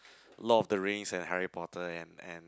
Lord of the Rings and Harry Potter and and